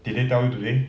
did they tell you today